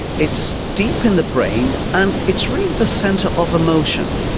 it's deep in the brain and it's really the centre of emotion.